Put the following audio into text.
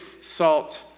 salt